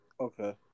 Okay